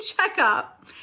checkup